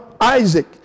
Isaac